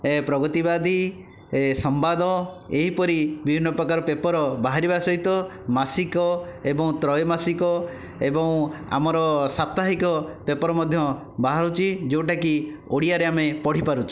ଏ ପ୍ରଗତିବାଦୀ ଏ ସମ୍ବାଦ ଏହିପରି ବିଭିନ୍ନ ପ୍ରକାର ପେପର ବାହାରିବା ସହିତ ମାସିକ ଏବଂ ତ୍ରୟମାସିକ ଏବଂ ଆମର ସାପ୍ତାହିକ ପେପର ମଧ୍ୟ ବାହାରୁଛି ଯେଉଁଟାକି ଓଡ଼ିଆରେ ଆମେ ପଢ଼ିପାରୁଛୁ